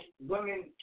women